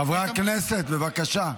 חברי הכנסת, בבקשה.